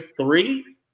three